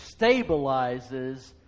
stabilizes